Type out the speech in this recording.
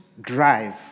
drive